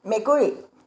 মেকুৰী